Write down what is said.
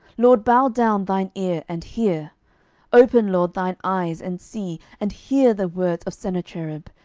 lord, bow down thine ear, and hear open, lord, thine eyes, and see and hear the words of sennacherib,